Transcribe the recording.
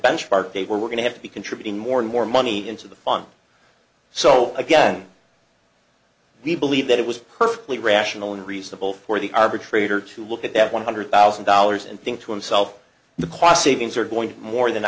benchmark date where we're going to have to be contributing more and more money into the fund so again we believe that it was perfectly rational and reasonable for the arbitrator to look at that one hundred thousand dollars and think to himself the cost savings are going to more than